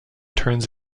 turns